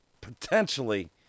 potentially